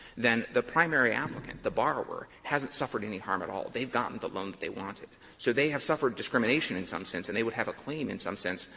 then the primary applicant, the borrower, hasn't suffered any harm at all. they've gotten the loan that they wanted. so they have suffered discrimination in some sense, and they would have a claim in some sense.